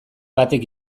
batek